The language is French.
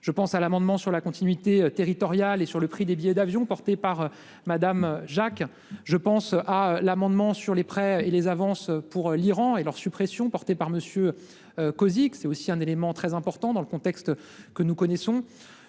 Je pense à l'amendement sur la continuité territoriale et sur le prix des billets d'avion, porté par Madame Jacques je pense à l'amendement sur les prêts et les avances pour l'Iran et leur suppression porté par monsieur Cosic c'est aussi un élément très important dans le contexte que nous connaissons.